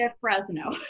Fresno